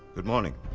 good morning.